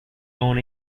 own